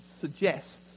suggest